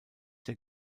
der